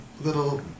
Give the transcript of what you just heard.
little